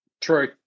True